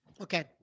Okay